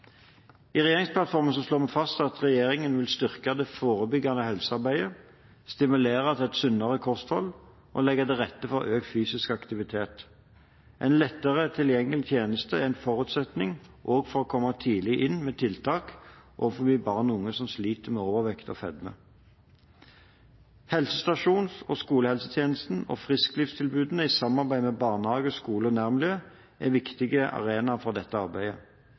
I regjeringsplattformen slår vi fast at regjeringen vil styrke det forebyggende helsearbeidet, stimulere til et sunnere kosthold og legge til rette for økt fysisk aktivitet. En lettere tilgjengelig tjeneste er en forutsetning også for å komme tidlig inn med tiltak overfor barn og unge som sliter med overvekt og fedme. Helsestasjons- og skolehelsetjenesten og frisklivstilbud i samarbeid med barnehage, skole og nærmiljøer er viktige arenaer for dette arbeidet.